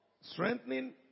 Strengthening